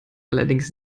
allerdings